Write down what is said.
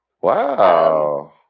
Wow